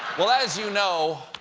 well, as you know,